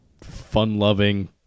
fun-loving